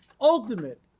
ultimate